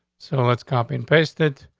so let's copy and paste it.